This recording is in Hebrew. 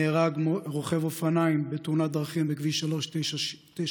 נהרג רוכב אופניים בתאונת דרכים בכביש 395,